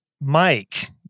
Mike